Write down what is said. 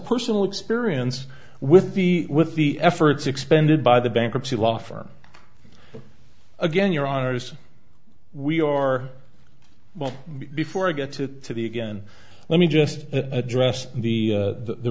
personal experience with the with the efforts expended by the bankruptcy law firm but again your honour's we are well before i get to the again let me just address the the the